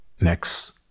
next